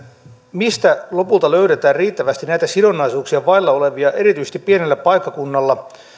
mistä lopulta löydetään riittävästi näitä sidonnaisuuksia vailla olevia erityisesti pienellä paikkakunnalla